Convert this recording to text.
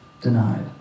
denied